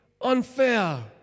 unfair